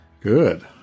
Good